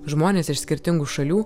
žmonės iš skirtingų šalių